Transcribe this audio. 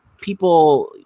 People